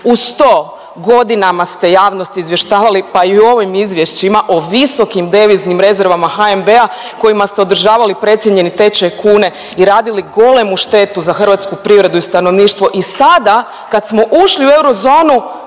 uz to godinama ste javnost izvještavali pa i u ovim izvješćima o visokim deviznim rezervama HNB-a kojima ste održavali precijenjeni tečaj kune i radili golemu štetu za hrvatsku privredu i stanovništvo. I sada kada smo ušli u eurozonu